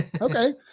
okay